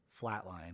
flatline